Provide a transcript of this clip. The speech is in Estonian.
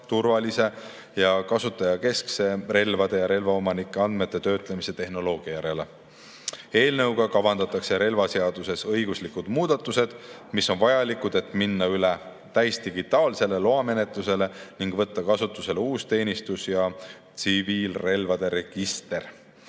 turvalise ja kasutajakeskse relvade ja relvaomanike andmete töötlemise tehnoloogia järele. Eelnõuga kavandatakse relvaseaduses õiguslikud muudatused, mis on vajalikud, et minna üle täisdigitaalsele loamenetlusele ning võtta kasutusele uus teenistus‑ ja tsiviilrelvade register.